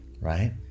right